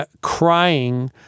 crying